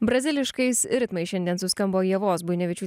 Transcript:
braziliškais ritmais šiandien suskambo ievos buinevičiū